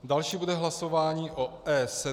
Další bude hlasování o E7.